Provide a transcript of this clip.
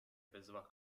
bezva